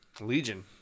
Legion